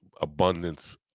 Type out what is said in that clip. abundance